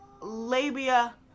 labia